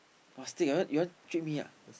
or steak you want you want treat me ah